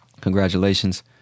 Congratulations